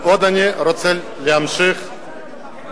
אני רוצה להמשיך,